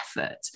effort